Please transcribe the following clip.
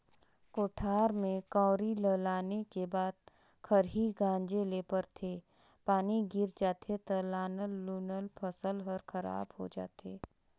कोठार में कंवरी ल लाने के बाद खरही गांजे ले परथे, पानी गिर जाथे त लानल लुनल फसल हर खराब हो जाथे